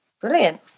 brilliant